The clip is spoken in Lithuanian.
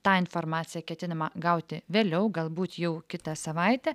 tą informaciją ketinama gauti vėliau galbūt jau kitą savaitę